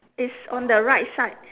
it's on the right side